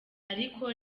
ariko